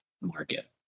market